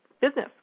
business